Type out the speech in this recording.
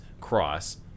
Cross